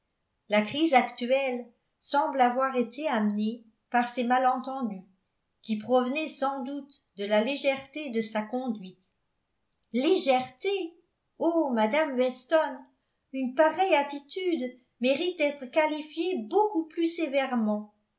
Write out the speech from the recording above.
la crise actuelle semble avoir été amenée par ces malentendus qui provenaient sans doute de la légèreté de sa conduite légèreté oh madame weston une pareille attitude mérite d'être qualifiée beaucoup plus sévèrement